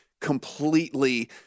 completely